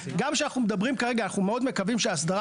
גם כשאנחנו מדברים כרגע אנחנו מאוד מקווים שהאסדרה